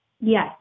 Yes